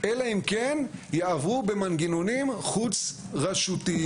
אלא אם כן יעברו במנגנונים חוץ רשותיים.